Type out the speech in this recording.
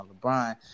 LeBron